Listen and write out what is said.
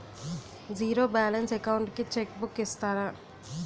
Zero balance account కి cheque book ఇస్తారా?